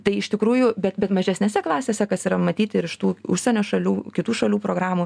tai iš tikrųjų bet bet mažesnėse klasėse kas yra matyti ir iš tų užsienio šalių kitų šalių programų